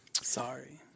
Sorry